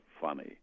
funny